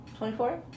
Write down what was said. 24